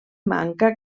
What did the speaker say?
manca